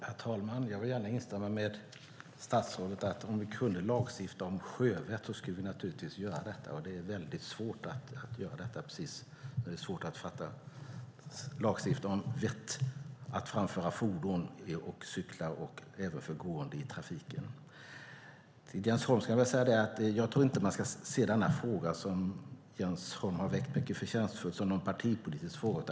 Herr talman! Jag vill gärna instämma med statsrådet: Om vi kunde lagstifta om sjövett skulle vi naturligtvis göra detta, men det är väldigt svårt, precis som det är svårt att lagstifta om vett att framföra fordon, cykla och gå i trafiken. Till Jens Holm skulle jag vilja säga att man inte ska se denna fråga, som Jens Holm mycket förtjänstfullt har väckt, som någon partipolitisk fråga.